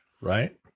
right